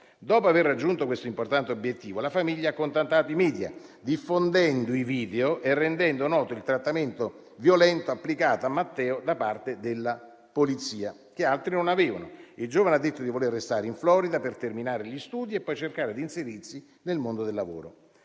Dopo aver raggiunto questo importante obiettivo, la famiglia ha contattato i media, diffondendo i video e rendendo noto il trattamento violento applicato a Matteo da parte della polizia, che altri non avevano. Il giovane ha detto di voler restare in Florida per terminare gli studi e poi cercare di inserirsi nel mondo del lavoro.